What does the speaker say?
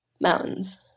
Mountains